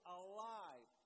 alive